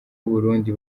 burundi